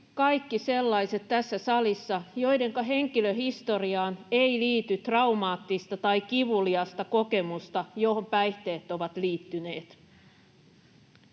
kaikki sellaiset tässä salissa, joidenka henkilöhistoriaan ei liity traumaattista tai kivuliasta kokemusta, johon päihteet ovat liittyneet.